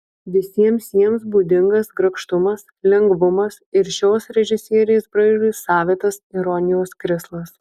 visiems jiems būdingas grakštumas lengvumas ir šios režisierės braižui savitas ironijos krislas